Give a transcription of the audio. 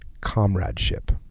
comradeship